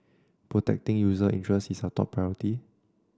protecting user interests is our top priority